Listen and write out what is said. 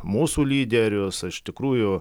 mūsų lyderius aš tikrųjų